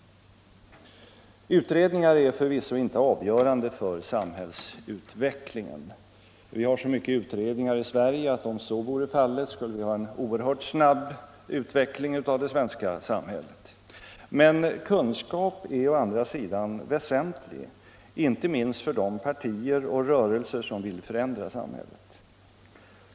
Utredningar är förvisso inte avgörande för samhällsutvecklingen. Om så vore fallet skulle vi som har så många utredningar ha en oerhört snabb utveckling av det svenska samhället. Men kunskap är å andra sidan väsentlig, inte minst för de partier och rörelser som vill förändra samhället.